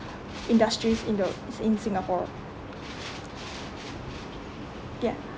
industries in the in singapore ya